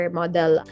model